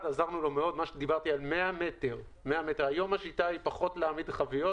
השיטה היום היא פחות להעמיד חביות.